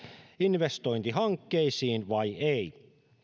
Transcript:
investointihankkeisiin vai ei